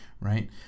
right